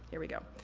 here we go.